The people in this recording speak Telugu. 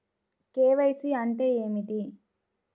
కే.వై.సి అంటే ఏమిటి?